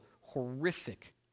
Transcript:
horrific